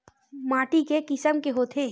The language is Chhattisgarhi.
माटी के किसम के होथे?